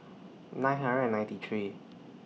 nine hundred and ninety three